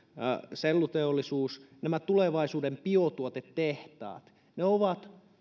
selluteollisuus nämä tulevaisuuden biotuotetehtaat on